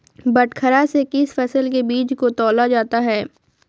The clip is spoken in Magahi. बटखरा से किस फसल के बीज को तौला जाता है?